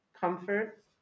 comfort